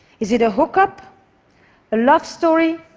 is it a hookup, a love story,